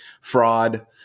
Fraud